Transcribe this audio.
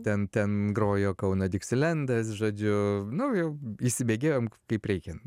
ten ten grojo kauno diksilendas žodžiu nu jau įsibėgėjom kaip reikian